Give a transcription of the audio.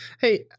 Hey